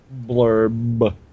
Blurb